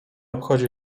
obchodzi